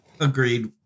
agreed